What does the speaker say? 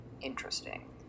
Interesting